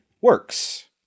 works